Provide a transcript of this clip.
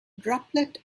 droplet